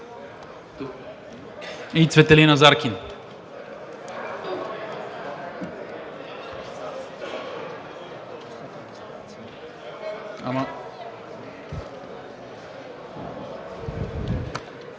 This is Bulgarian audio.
И Цветелина Заркин?